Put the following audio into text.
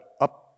up